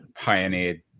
pioneered